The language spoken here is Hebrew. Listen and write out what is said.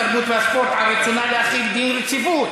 התרבות והספורט על רצונה להחיל דין רציפות